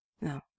No